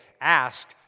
ask